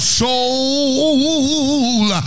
soul